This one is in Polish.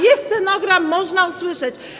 Jest stenogram, można to usłyszeć.